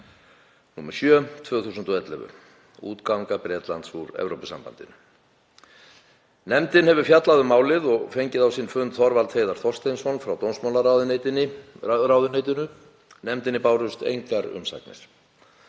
nr. 7/2011, útganga Bretlands úr Evrópusambandinu. Nefndin hefur fjallað um málið og fengið á sinn fund Þorvald Heiðar Þorsteinsson frá dómsmálaráðuneyti. Nefndinni bárust engar umsagnir.